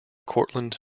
cortland